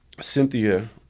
Cynthia